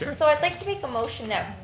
so i'd like to make a motion that,